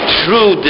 true